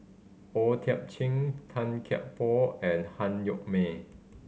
O Thiam Chin Tan Kia Por and Han Yo May